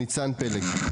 ניצן פלג,